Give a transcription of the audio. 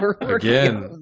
Again